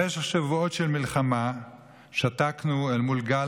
במשך שבועות של מלחמה שתקנו אל מול גל